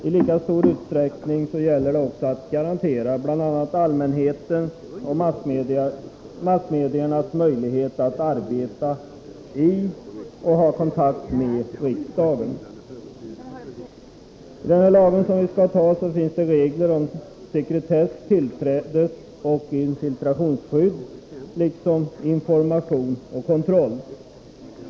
I lika stor utsträckning gäller det också att garantera bl.a. allmänhetens och massmediernas möjlighet att arbeta i och ha kontakt med riksdagen. I den lag som vi skall anta finns det regler om sekretess-, tillträdesoch infiltrationsskydd liksom om information och kontroll.